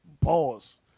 Pause